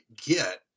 get